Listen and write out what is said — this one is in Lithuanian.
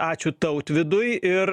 ačiū tautvydui ir